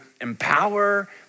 empower